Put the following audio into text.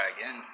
again